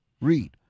Read